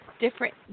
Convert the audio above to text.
different